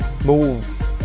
move